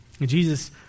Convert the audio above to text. Jesus